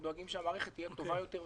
ודואגים שהמערכת תהיה טובה יותר.